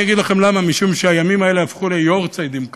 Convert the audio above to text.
אני אגיד לכם למה: משום שהימים האלה הפכו ליארצייטים כאלה,